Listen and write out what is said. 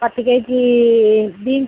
பத்து KG beans